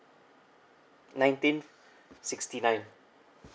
nineteen sixty nine